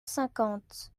cinquante